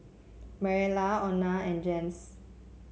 Marcella Ona and Jens